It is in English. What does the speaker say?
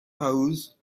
house